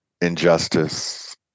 injustice